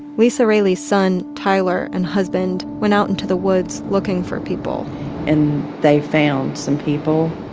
lisa raley's son, tyler, and husband went out into the woods looking for people and they found some people.